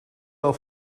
wel